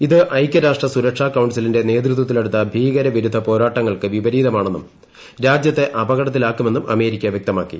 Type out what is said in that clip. ഇത് ഐക്യരാഷ്ട്ര സുരക്ഷാ കൌൺസിലിന്റെ നേതൃത്വത്തിലെടുത്ത ഭീകര വിരുദ്ധ പോരാട്ടങ്ങൾക്ക് വിപരീതമാണെന്നും രാജ്യത്തെ അപകടത്തിലാക്കുമെന്നും അമേരിക്ക വൃക്തമാക്കി